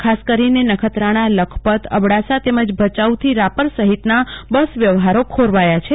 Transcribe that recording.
ખાસ કરીને નખત્રાણા લખપત અબડાસા તેમજ ભચાઉ થી રાપર સહિતના બસ વ્યવહારો ખોરવાયા છે